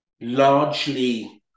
largely